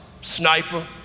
Sniper